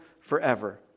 forever